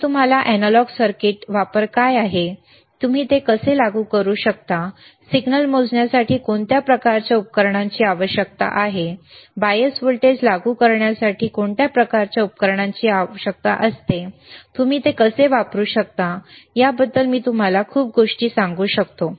मी तुम्हाला analog circuits वापर काय आहे तुम्ही ते कसे लागू करू शकता सिग्नल मोजण्यासाठी कोणत्या प्रकारच्या उपकरणांची आवश्यकता आहे बायस व्होल्टेज लागू करण्यासाठी कोणत्या प्रकारच्या उपकरणांची आवश्यकता आहे तुम्ही कसे वापरू शकता याबद्दल मी तुम्हाला खूप गोष्टी सांगू शकतो